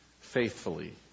faithfully